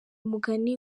umugani